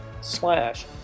slash